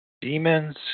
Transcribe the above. demons